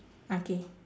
okay